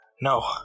No